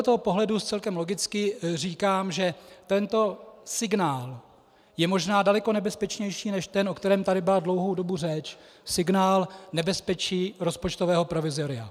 Z tohoto pohledu si celkem logicky říkám, že tento signál je možná daleko nebezpečnější než ten, o kterém tady byla dlouhou dobu řeč, signál nebezpečí rozpočtového provizoria.